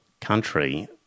country